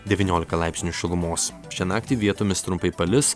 devyniolika laipsnių šilumos šią naktį vietomis trumpai palis